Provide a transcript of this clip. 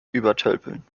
übertölpeln